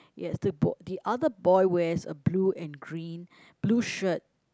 yes the bo~ the other boy wears a blue and green blue shirt